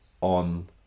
on